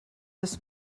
this